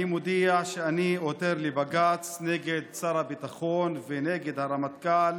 אני מודיע שאני עותר לבג"ץ נגד שר הביטחון ונגד הרמטכ"ל